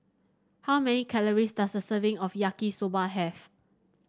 how many calories does a serving of Yaki Soba have